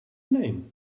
name